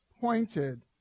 pointed